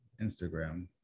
Instagram